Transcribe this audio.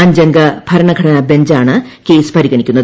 അഞ്ചംഗ ഭരണഘടനാ ബഞ്ചാണ് കേസ് പരിഗണിക്കുന്നത്